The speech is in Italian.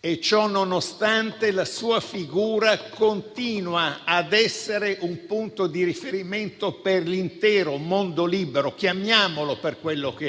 e, ciò nonostante, la sua figura continua a essere un punto di riferimento per l'intero mondo libero, chiamiamolo per quello che è